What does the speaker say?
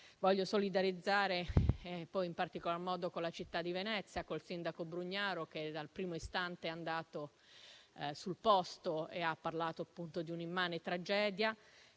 Voglio solidarizzare in particolar modo con la città di Venezia, col sindaco Brugnaro, che dal primo istante si è recato sul posto. Ha parlato, appunto, di una immane tragedia